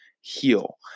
heal